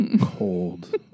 cold